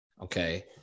okay